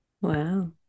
Wow